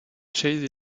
chase